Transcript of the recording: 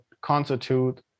constitute